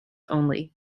only